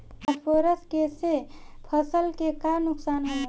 Phosphorus के से फसल के का नुकसान होला?